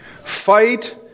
Fight